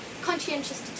conscientious